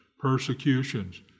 persecutions